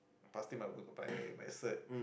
I passed him my my cert